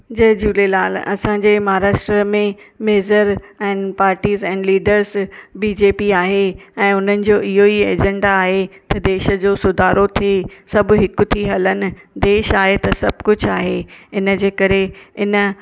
जय झूलेलाल असांजे महाराष्ट्र में मेज़र आहिनि पार्टीस आहिनि लीडर्स बीजेपी आहे ऐं उन्हनि जो इहो ई एजेंडा आहे त देश जो सुधारो थिए सभु हिकु थी हलनि देश आहे त सभु कुझु आहे इन जे करे इन